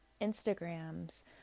Instagrams